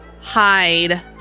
hide